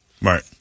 right